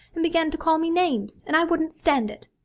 and began to call me names, and i wouldn't stand it.